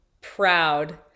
proud